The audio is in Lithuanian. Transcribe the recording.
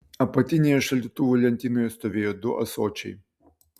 apatinėje šaldytuvo lentynoje stovėjo du ąsočiai